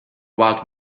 what